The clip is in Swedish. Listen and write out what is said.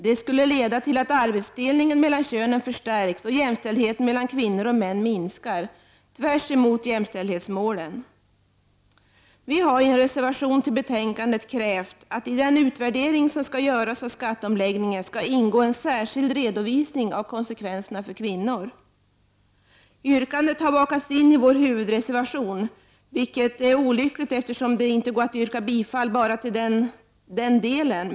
Det skulle leda till att arbetsdelningen mellan könen förstärks och jämställdheten mellan kvinnor och män minskar, tvärtemot jämställdhetsmålen. Vi har i en reservation till betänkandet krävt, att i den utvärdering som skall göras av skatteomläggningen, skall ingå en särskild redovisning av konsekvenserna för kvinnor. Yrkandet har bakats in i vår huvudreservation, vilket är olyckligt, eftersom det då inte går att yrka bifall bara till den delen.